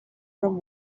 from